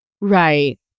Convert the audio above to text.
Right